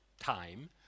time